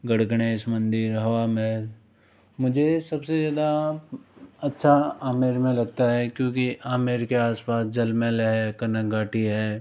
गढ़ गणेश मंदिर हवा महल मुझे सबसे ज़्यादा अच्छा आमेर में लगता है क्योंकि आमेर के आस पास जलमहल है कनक घाटी है